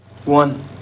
One